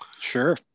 Sure